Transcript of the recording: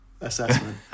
assessment